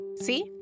See